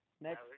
Next